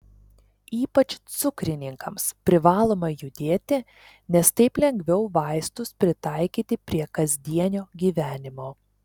ypač cukrininkams privaloma judėti nes taip lengviau vaistus pritaikyti prie kasdienio gyvenimo